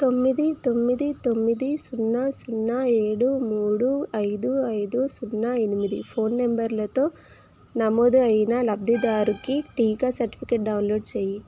తొమ్మిది తొమ్మిది తొమ్మిది సున్నా సున్నా ఏడు మూడు ఐదు ఐదు సున్నా ఎనిమిది ఫోన్ నంబర్లతో నమోదు అయిన లబ్ధిదారుకి టీకా సర్టిఫికేట్ డౌన్లోడ్ చెయ్యి